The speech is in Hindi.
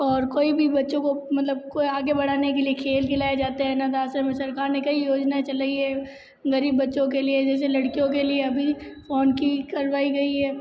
और कोई भी बच्चों को मतलब कोई आगे बढ़ाने के लिए खेल खिलाए जाते हैं अनाथ आश्रम में सरकार ने कई योजनाएं चलाई हैं गरीब बच्चों के लिए जैसे लड़कियों के लिए अभी फ़ोन की करवाई गई है